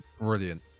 brilliant